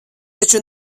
taču